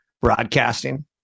broadcasting